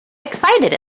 excited